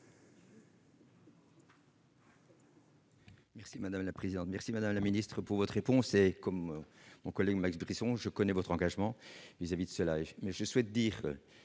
Merci madame la présidente, merci madame la ministre, pour votre réponse et comme mon collègue m'a expliqué son je connais votre engagement vis à vis de cela